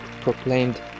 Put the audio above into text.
proclaimed